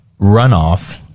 runoff